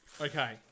okay